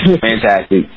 fantastic